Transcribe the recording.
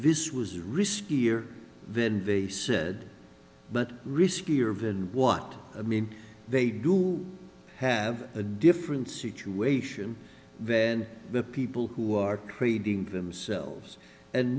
this was riskier then be said but riskier of and what i mean they do have a different situation than the people who are creating themselves and